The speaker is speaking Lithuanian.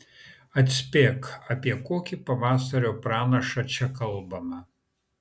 atspėk apie kokį pavasario pranašą čia kalbama